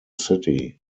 city